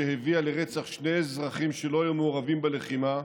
שהביאה לרצח שני אזרחים שלא היו מעורבים בלחימה,